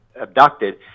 abducted